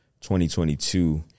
2022